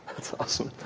that's awesome.